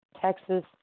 Texas